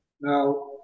Now